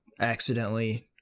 accidentally